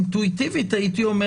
אינטואיטיבית, הייתי אומר